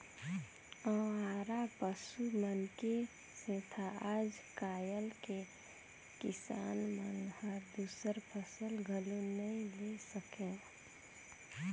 अवारा पसु मन के सेंथा आज कायल के किसान मन हर दूसर फसल घलो नई ले सके